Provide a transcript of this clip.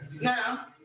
Now